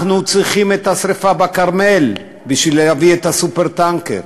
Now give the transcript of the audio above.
אנחנו צריכים את השרפה בכרמל בשביל להביא את ה"סופר-טנקר".